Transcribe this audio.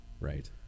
Right